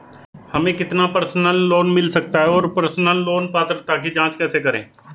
हमें कितना personal loan मिल सकता है और पर्सनल लोन पात्रता की जांच कैसे करें?